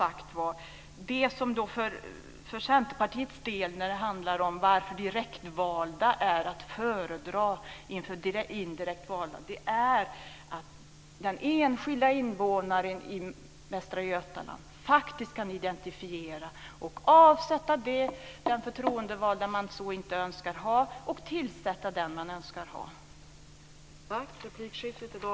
Att det för Centerpartiets del är att föredra direktval framför indirekta val beror på att den enskilda invånaren i Västra Götaland faktiskt kan identifiera och avsätta de förtroendevalda man inte önskar ha och tillsätta dem man önskar ha.